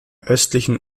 östlichen